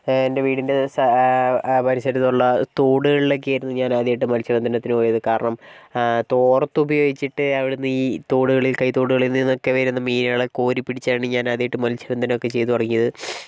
എൻ്റെ വീടിൻ്റെ ആ പരിസരത്തുള്ള തൊടുകളിലൊക്കെയായിരുന്നു ഞാൻ ആദ്യമായിട്ട് മൽസ്യബന്ധനത്തിന് പോയത് കാരണം തോർത്തുപയോഗിച്ചിട്ട് അവിടുന്ന് ഈ തോടുകളിൽ കൈതോടുകളിൽ നിന്നൊക്കെ വരുന്ന മീനുകളെ കോരിപ്പിടിച്ചാണ് ഞാൻ ആദ്യമായിട്ട് മൽസ്യബന്ധനമൊക്കെ ചെയ്തുതുടങ്ങിയത്